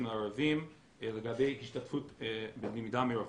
וערבים לגבי השתתפות בלמידה מרחוק.